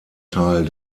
teil